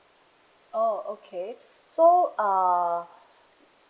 oh okay so err